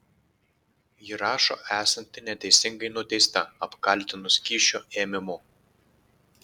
ji rašo esanti neteisingai nuteista apkaltinus kyšio ėmimu